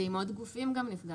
ועם עוד גופים גם נפגשנו.